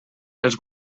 els